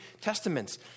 Testaments